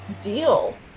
deal